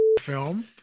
film